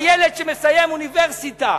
הילד שמסיים אוניברסיטה